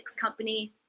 company